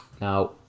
now